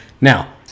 now